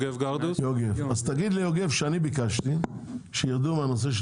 יוגב, אז תגיד ליוגב שאני ביקשתי שירדו מהנושא של